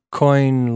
coin